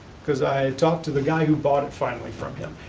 cause i talked to the guy who bought it finally from him.